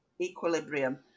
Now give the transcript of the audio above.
equilibrium